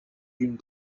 d’une